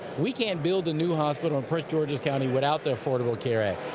we can't build a new hospital in prince george's county without the affordable care act.